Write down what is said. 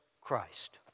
Christ